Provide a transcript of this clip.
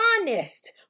honest